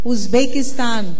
Uzbekistan